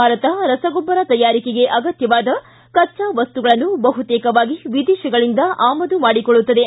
ಭಾರತ ರಸಗೊಬ್ಬರ ತಯಾರಿಕೆಗೆ ಆಗತ್ಯವಾದ ಕಚ್ಚಾ ವಸ್ತುಗಳನ್ನು ಬಹುತೇಕವಾಗಿ ವಿದೇಶಗಳಿಂದ ಆಮದು ಮಾಡಿಕೊಳ್ಳುತ್ತದೆ